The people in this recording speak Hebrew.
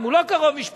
אם הוא לא קרוב משפחה.